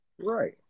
Right